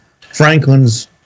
Franklin's